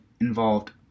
involved